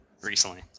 Recently